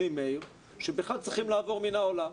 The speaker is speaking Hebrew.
מסכים עם מאיר כהן - שבכלל צריכים לעבור מן העולם.